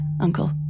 uncle